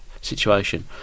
situation